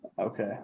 Okay